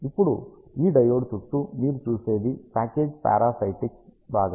ఇప్పుడు ఈ డయోడ్ చుట్టూ మీరు చూసేది ప్యాకేజీ పారసైటిక్స్ భాగాలు